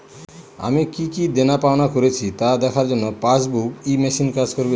আমি কি কি দেনাপাওনা করেছি তা দেখার জন্য পাসবুক ই মেশিন কাজ করবে?